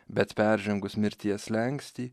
bet peržengus mirties slenkstį